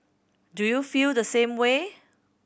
do you feel the same way